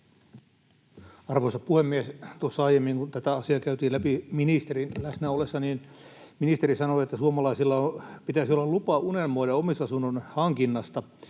Arvoisa puhemies! Tuossa aiemmin, kun tätä asiaa käytiin läpi ministerin läsnä ollessa, ministeri sanoi, että suomalaisilla pitäisi olla lupa unelmoida omistusasunnon hankinnasta.